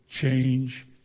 change